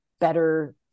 better